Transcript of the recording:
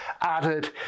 added